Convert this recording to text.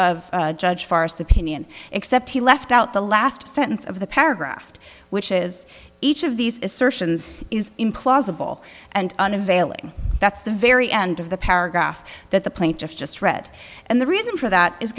of judge farse opinion except he left out the last sentence of the paragraph which is each of these assertions is implausible and unavailing that's the very end of the paragraph that the plaintiff just read and the reason for that is